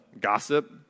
gossip